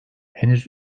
henüz